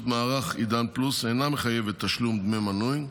מערך עידן פלוס אינה מחייבת תשלום דמי מנוי,